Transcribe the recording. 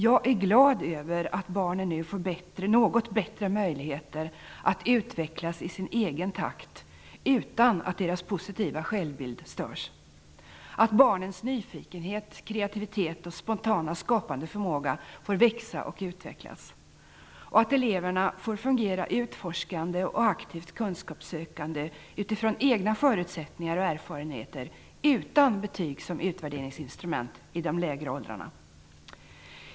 Jag är glad över att barnen nu får något bättre möjligheter att utvecklas i sin egen takt utan att deras positiva självbild störs, att barnens nyfikenhet, kreativitet och spontana skapande förmåga får växa och utvecklas samt att eleverna får fungera utforskande och aktivt kunskapssökande utifrån deras egna förutsättningar och erfarenheter utan betyg som utvärderingsinstrument i de lägre åldrarna.